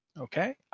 Okay